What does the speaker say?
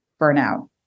burnout